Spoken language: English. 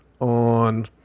on